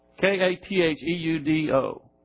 K-A-T-H-E-U-D-O